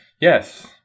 Yes